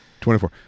24